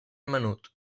menut